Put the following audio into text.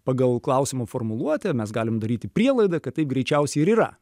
pagal klausimo formuluotę mes galim daryti prielaidą kad taip greičiausiai ir yra